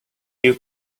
you